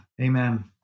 Amen